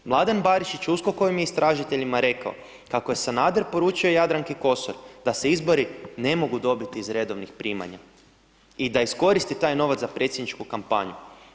Mladen Barišić USKOK-ovim je istražiteljima rekao kako je Sanader poručio Jadranki Kosor da se izbori ne mogu dobiti iz redovnih primanja i da iskoristi taj novac za predsjedničku kampanju.